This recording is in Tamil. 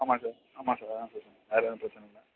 ஆமாம் சார் ஆமாம் சார் வேறு எதுவும் பிரச்சனை இல்லை